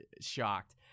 shocked